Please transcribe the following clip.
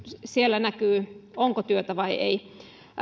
siellä näkyy onko työtä vai ei